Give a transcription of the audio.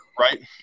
Right